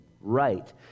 right